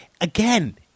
Again